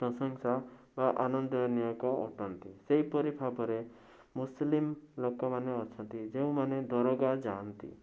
ପ୍ରଶଂସା ବା ଆନନ୍ଦନିୟକ ଅଟନ୍ତି ସେହିପରି ଭାବରେ ମୁସଲିମ୍ ଲୋକମାନେ ଅଛନ୍ତି ଯେଉଁମାନେ ଦରଘା ଯାଆନ୍ତି